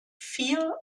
vier